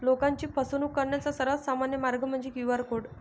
लोकांची फसवणूक करण्याचा सर्वात सामान्य मार्ग म्हणजे क्यू.आर कोड